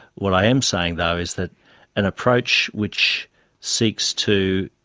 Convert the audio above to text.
what i am saying though is that an approach which seeks to,